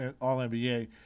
All-NBA